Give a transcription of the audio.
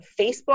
Facebook